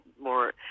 more